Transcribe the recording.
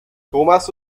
thomas